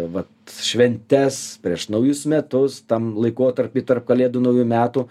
vat šventes prieš naujus metus tam laikotarpy tarp kalėdų naujų metų